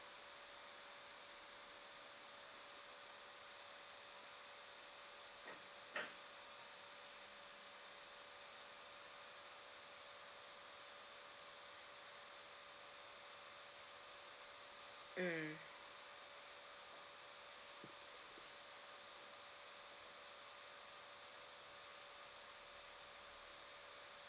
mm